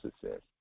success